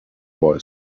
boy